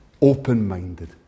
open-minded